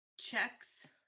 checks